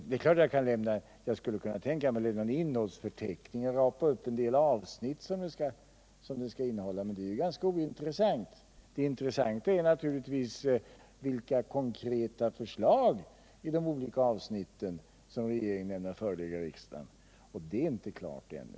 Det är klart att jag skulle kunna tänka mig att lämna en innehållsförteckning och nämna en del avsnitt av det som förslaget skall innehålla, men det vore ganska ointressant. Det intressanta är naturligtvis vilka konkreta förslag i de olika avsnitten som regeringen ämnar förelägga riksdagen, men det är inte klart ännu.